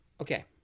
Okay